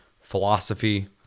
philosophy